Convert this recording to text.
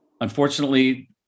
Unfortunately